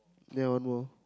ya one more